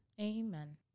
amen